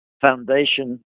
foundation